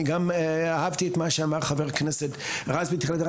אני גם אהבתי את מה שאמר חבר הכנסת רז בתחילת דבריו,